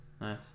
Nice